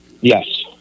yes